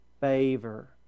favor